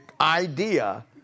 idea